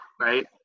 Right